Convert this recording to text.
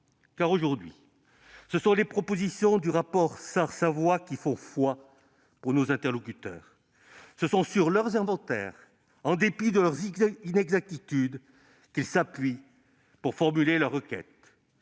car aujourd'hui ce sont les propositions du rapport Sarr-Savoy qui font foi pour nos interlocuteurs. C'est sur ses inventaires, en dépit de leurs inexactitudes, qu'ils s'appuient pour formuler leurs requêtes.